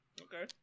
Okay